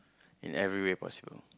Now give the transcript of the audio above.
in every way possible